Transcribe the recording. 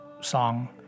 song